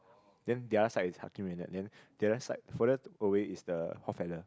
then the other side is then the other side further away is the